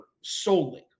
solely